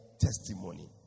testimony